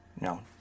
no